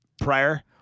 prior